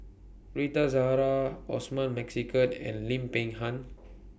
Rita Zahara Osman Merican and Lim Peng Han